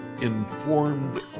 informed